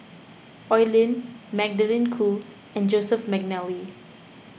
Oi Lin Magdalene Khoo and Joseph McNally